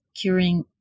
curing